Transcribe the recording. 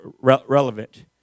relevant